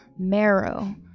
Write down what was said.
marrow